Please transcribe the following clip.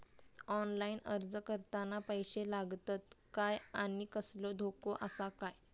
Online अर्ज करताना पैशे लागतत काय आनी कसलो धोको आसा काय?